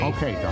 Okay